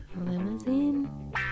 Limousine